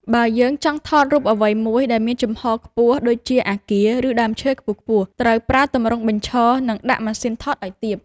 បើយើងចង់ថតរូបអ្វីមួយដែលមានជំហរខ្ពស់ដូចជា អាគារ ឬដើមឈើខ្ពស់ៗ ត្រូវប្រើទម្រង់បញ្ឈរ និងដាក់ម៉ាស៊ីនថតឱ្យទាប។